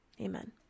amen